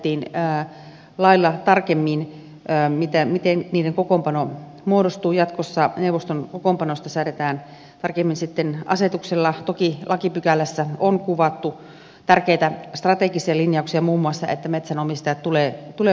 aiemmin säädettiin lailla tarkemmin miten niiden kokoonpano muodostuu jatkossa mutta neuvoston kokoonpanosta säädetään tarkemmin sitten asetuksella toki lakipykälässä on kuvattu tärkeitä strategisia linjauksia muun muassa että metsänomistajat tulee huomioida näissä metsäneuvostoissa